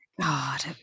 god